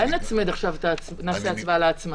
אני שמח שהממשלה הגישה לנו את החוק.